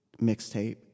mixtape